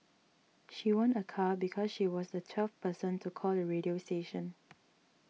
she won a car because she was the twelfth person to call the radio station